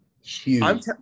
huge